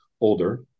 older